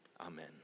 Amen